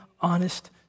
honest